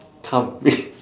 come bed